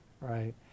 right